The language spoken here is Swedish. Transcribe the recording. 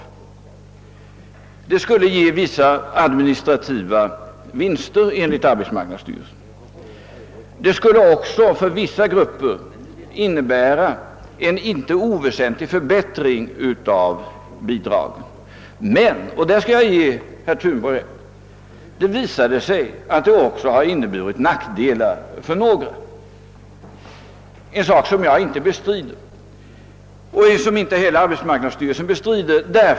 Detta skulle enligt arbetsmarknadsstyrelsen ge vissa administrativa vinster. Det skulle också för vissa grupper innebära en inte oväsentlig förbättring av bidragen. Men det har visat sig — och därvidlag skall jag ge herr Thunborg rätt — att förfarandet också har inneburit nackdelar för några, en sak som jag alltså inte bestrider och som inte heller arbetsmarknadsstyrelsen bestrider.